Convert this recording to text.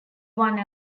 one